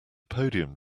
podium